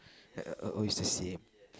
oh oh oh oh is the same